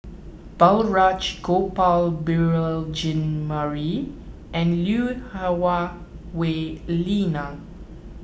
Balraj Gopal Beurel Jean Marie and Lui Hah Wah Elena